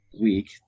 week